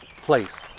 place